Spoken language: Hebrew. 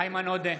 איימן עודה,